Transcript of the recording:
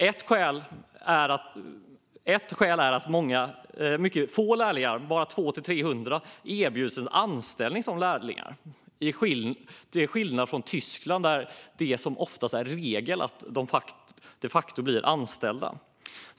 Ett skäl är att mycket få lärlingar, bara 200-300, erbjuds anställning som lärlingar, till skillnad från i Tyskland, där det oftast är regel att lärlingar de facto blir anställda.